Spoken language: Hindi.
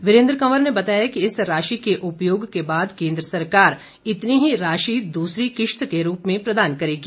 वीरेन्द्र कंवर ने बताया कि इस राशि के उपयोग के बाद केंद्र सरकार इतनी ही राशि दूसरी किश्त के रूप में प्रदान करेगी